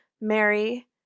Mary